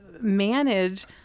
manage